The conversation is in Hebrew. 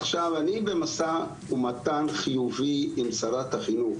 עכשיו אני במשא ומתן חיובי עם שרת החינוך,